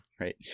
Right